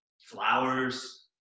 flowers